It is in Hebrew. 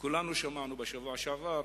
בשבוע שעבר